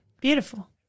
Beautiful